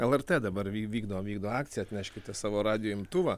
lrt dabar vy vykdo vykdo akciją atneškite savo radijo imtuvą